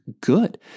good